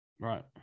Right